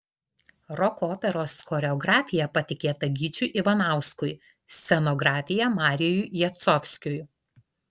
roko operos choreografija patikėta gyčiui ivanauskui scenografija marijui jacovskiui